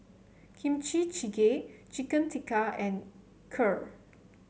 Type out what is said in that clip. Kimchi Jjigae Chicken Tikka and Kheer